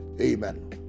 amen